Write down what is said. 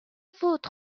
فود